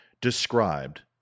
described